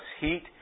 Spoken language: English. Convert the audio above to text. heat